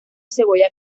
cebolla